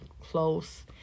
close